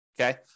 okay